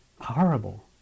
horrible